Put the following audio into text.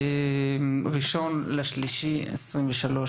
ראשון לשלישי 2023,